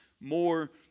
more